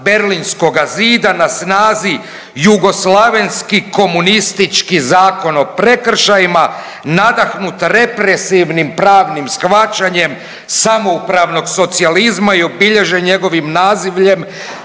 Berlinskoga zida na snazi jugoslavenski komunistički Zakon o prekršajima nadahnut represivnim pravnim shvaćanjem samoupravnog socijalizma i obilježen njegovim nazivljem,